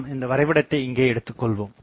நாம் இந்த வரைபடத்தை இங்கே எடுத்துக்கொள்வோம்